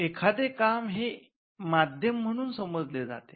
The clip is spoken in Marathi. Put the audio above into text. एखादे काम हे माध्यम म्हणून समजले जाते